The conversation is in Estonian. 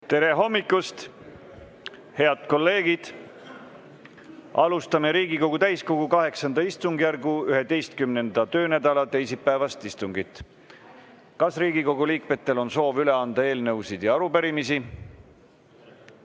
Tere hommikust, head kolleegid! Alustame Riigikogu täiskogu VIII istungjärgu 11. töönädala teisipäevast istungit. Kas Riigikogu liikmetel on soovi üle anda eelnõusid ja arupärimisi?